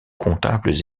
comptables